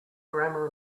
grammar